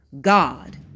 God